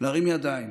להרים ידיים,